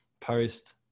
post